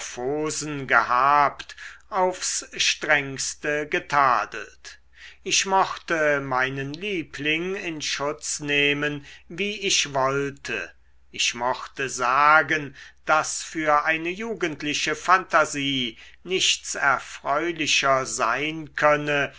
gehabt aufs strengste getadelt ich mochte meinen liebling in schutz nehmen wie ich wollte ich mochte sagen daß für eine jugendliche phantasie nichts erfreulicher sein könne